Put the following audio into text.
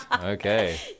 Okay